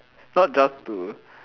not just to